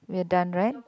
we're done right